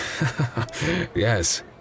Yes